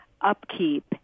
upkeep